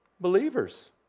Believers